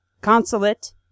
consulate